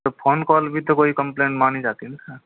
तो phone call भी तो कोई कम्प्लेन मानी जाती है न सर